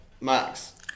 Max